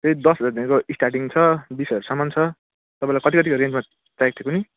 त्यै दस जतिको स्टार्टिङ छ बिस हजारसमन छ तपाईँलाई कति कति रेन्जमा चाहिएको थियो कुन्नि